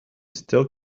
still